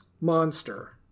Monster